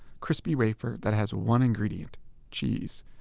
crispy wafer that has one ingredient cheese.